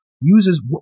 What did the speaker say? uses